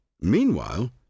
Meanwhile